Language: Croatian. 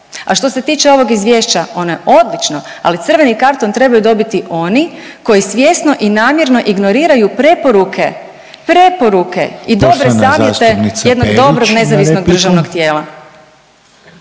A što se tiče ovog izvješća ono je odlično, ali crveni karton trebaju dobiti oni koji svjesno i namjerno ignoriraju preporuke, preporuke i dobre savjete jednog dobrog nezavisnog državnog tijela.